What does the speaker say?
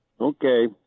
okay